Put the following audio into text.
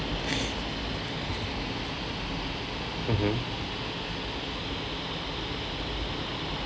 mmhmm